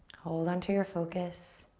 hold onto your focus.